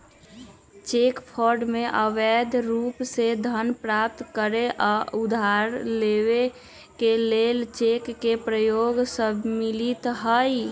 cheque fraud में अवैध रूप से धन प्राप्त करे आऽ उधार लेबऐ के लेल चेक के प्रयोग शामिल हइ